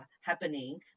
happening